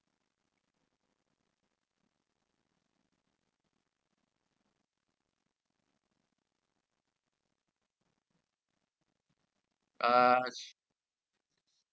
uh